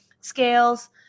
scales